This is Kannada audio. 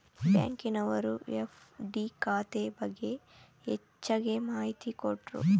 ಬ್ಯಾಂಕಿನವರು ಎಫ್.ಡಿ ಖಾತೆ ಬಗ್ಗೆ ಹೆಚ್ಚಗೆ ಮಾಹಿತಿ ಕೊಟ್ರು